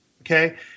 Okay